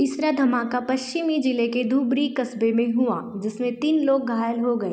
तीसरा धमाका पश्चिमी ज़िले के धुबरी कस्बे में हुआ जिनमे तीन लोग घायल हो गए